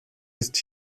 ist